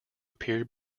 appear